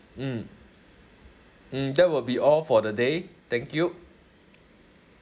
mm mm that will be all for the day thank you